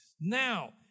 Now